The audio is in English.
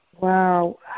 wow